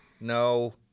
No